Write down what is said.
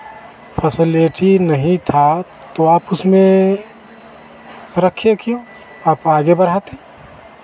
फेस्लेठी नहीं था तो आप उसमें रखे क्यों आप आगे बढ़ाते